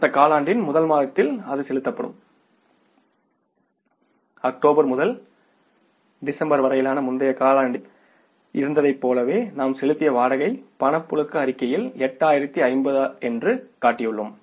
அடுத்த காலாண்டின் முதல் மாதத்தில் அது செலுத்தப்படும் அக்டோபர் முதல் டிசம்பர் வரையிலான முந்தைய காலாண்டில் இருந்ததைப் போல நாம் செலுத்திய வாடகை பணப்புழக்க அறிக்கையில் 8050 என்று காட்டியுள்ளோம்